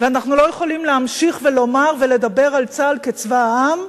ואנחנו לא יכולים להמשיך לומר ולדבר על צה"ל כצבא העם,